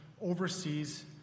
overseas